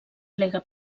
plega